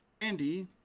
Andy